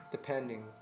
Depending